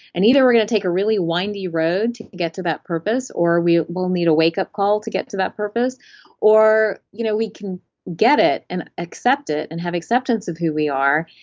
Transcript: and either we're going to take a really windy road to to get to that purpose or we'll need a wake up call to get to that purpose or you know we can get it and accept it, and have acceptance of who we are,